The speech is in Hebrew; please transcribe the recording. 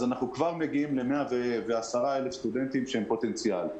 אז אנחנו כבר מגיעים ל-110,000 סטודנטים שהם פוטנציאל,